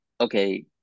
okay